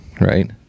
right